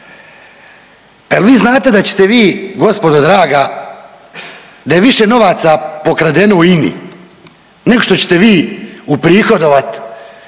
jel' vi znate da ćete vi gospodo draga, da je više novaca pokradeno u INA-io nego što ćete vi uprihodovati